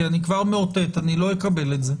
כי אני כבר מאותת: אני לא אקבל את זה.